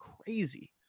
crazy